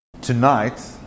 Tonight